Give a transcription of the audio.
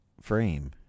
frame